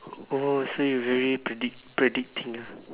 oh so you're very predict predicting ah